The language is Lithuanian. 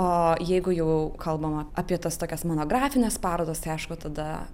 o jeigu jau kalbama apie tas tokias monografines parodas tai aišku tada